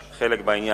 בעד,